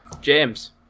James